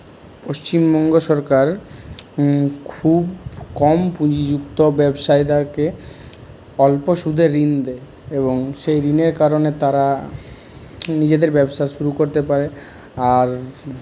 পশ্চিমবঙ্গ সরকার খুব কম পুঁজিযুক্ত ব্যবসায়ীদারকে অল্প সুদে ঋণ দেয় এবং সেই ঋণের কারণে তারা নিজেদের ব্যবসা শুরু করতে পারে আর